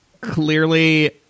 clearly